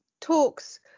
talks